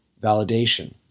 validation